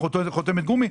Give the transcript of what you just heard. מה, אנחנו חותמת גומי?